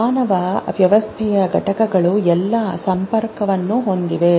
ಮಾನವ ವ್ಯವಸ್ಥೆಯ ಘಟಕಗಳು ಎಲ್ಲಾ ಸಂಪರ್ಕ ಹೊಂದಿವೆ